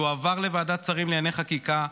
שהועבר לוועדת השרים לענייני חקיקה,